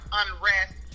unrest